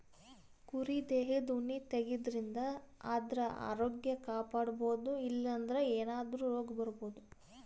ಕುರಿ ದೇಹದ್ ಉಣ್ಣಿ ತೆಗ್ಯದ್ರಿನ್ದ ಆದ್ರ ಆರೋಗ್ಯ ಕಾಪಾಡ್ಕೊಬಹುದ್ ಇಲ್ಲಂದ್ರ ಏನಾದ್ರೂ ರೋಗ್ ಬರಬಹುದ್